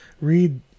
read